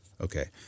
Okay